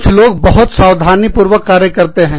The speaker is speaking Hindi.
कुछ लोग बहुत सावधानी पूर्वक कार्य करते हैं